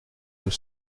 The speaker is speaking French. deux